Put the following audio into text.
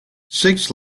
six